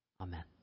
Amen